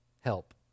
help